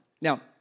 Now